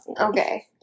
okay